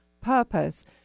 purpose